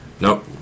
Nope